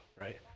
right